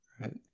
right